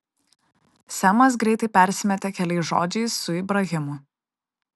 semas greitai persimetė keliais žodžiais su ibrahimu